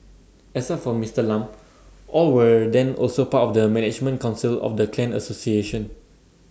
except for Mister Lam all were then also part of the management Council of the clan association